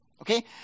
Okay